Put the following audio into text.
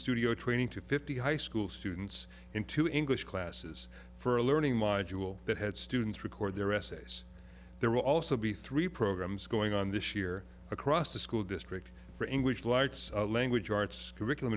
studio training to fifty high school students into english classes for a learning module that had students record their essays there will also be three programs going on this year across the school district for english large language arts curriculum